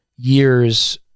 years